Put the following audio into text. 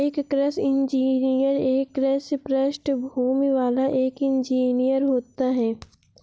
एक कृषि इंजीनियर एक कृषि पृष्ठभूमि वाला एक इंजीनियर होता है